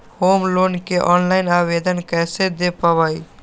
Home loan के online आवेदन कैसे दें पवई?